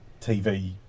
TV